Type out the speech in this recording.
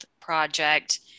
project